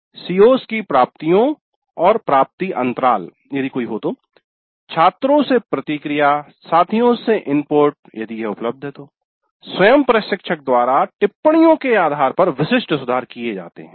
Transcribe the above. CO's की प्राप्तियों और प्राप्ति अंतराल यदि कोई हो छात्रों से प्रतिक्रिया साथियों से इनपुट यदि यह उपलब्ध है स्वयं प्रशिक्षक द्वारा टिप्पणियों के आधार पर विशिष्ट सुधार किए जाते हैं